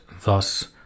thus